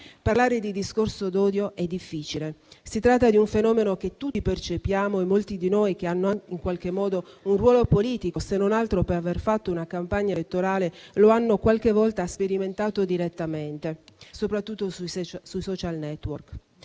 Parlare di discorso d'odio è difficile: si tratta di un fenomeno che tutti percepiamo e molti di noi che hanno un ruolo politico, se non altro per aver fatto una campagna elettorale, lo hanno qualche volta sperimentato direttamente, soprattutto sui *social network*.